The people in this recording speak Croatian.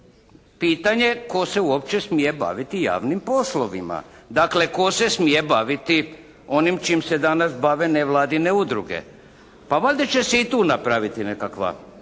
pitanje tko se uopće smije baviti javnim poslovima. Dakle tko se smije baviti onim čim se danas bave nevladine udruge. Pa valjda će se i tu napraviti nekakva